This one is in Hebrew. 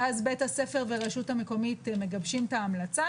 ואז בית הספר והרשות המקומית מגבשים את ההמלצה